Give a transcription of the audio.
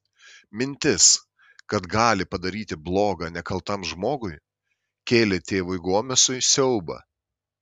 mintis kad gali padaryti bloga nekaltam žmogui kėlė tėvui gomesui siaubą